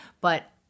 But-